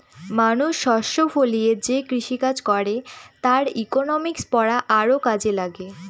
মানুষ শস্য ফলিয়ে যে কৃষিকাজ করে তার ইকনমিক্স পড়া আরও কাজে লাগে